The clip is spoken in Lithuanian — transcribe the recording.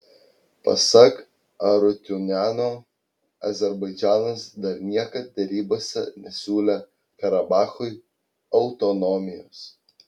pasak arutiuniano azerbaidžanas dar niekad derybose nesiūlė karabachui autonomijos